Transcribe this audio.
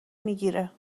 میگیره